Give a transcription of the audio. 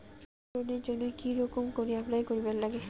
Gold লোনের জইন্যে কি রকম করি অ্যাপ্লাই করিবার লাগে?